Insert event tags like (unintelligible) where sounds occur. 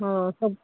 ହଁ (unintelligible)